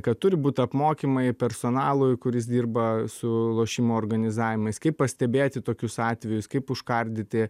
kad turi būt apmokymai personalui kuris dirba su lošimų organizavimais kaip pastebėti tokius atvejus kaip užkardyti